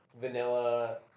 vanilla